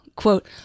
quote